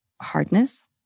hardness